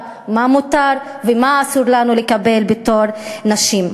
מה מותר ומה אסור לנו לקבל בתור נשים.